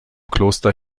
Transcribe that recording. kloster